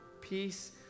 peace